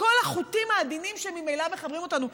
החוטים העדינים ממילא שמחברים אותנו.